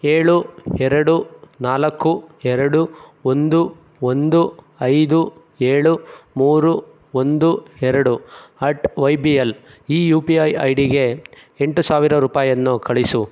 ಏಳು ಎರಡು ನಾಲ್ಕು ಎರಡು ಒಂದು ಒಂದು ಐದು ಏಳು ಮೂರು ಒಂದು ಎರಡು ಅಟ್ ವೈ ಬಿ ಎಲ್ ಈ ಯು ಪಿ ಐ ಐ ಡಿಗೆ ಎಂಟು ಸಾವಿರ ರೂಪಾಯಿಯನ್ನು ಕಳಿಸು